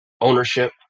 ownership